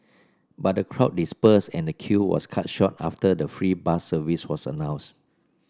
but the crowd dispersed and the queue was cut short after the free bus service was announced